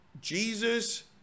Jesus